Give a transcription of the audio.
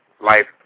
life